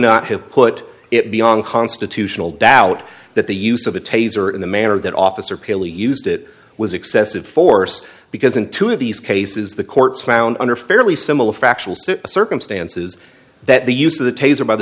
not have put it beyond constitutional doubt that the use of a taser in the manner that officer paley used it was excessive force because in two of these cases the courts found under fairly similar factual circumstances that the use of the taser by the